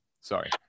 Sorry